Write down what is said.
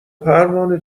پروانه